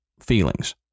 feelings